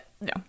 No